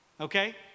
okay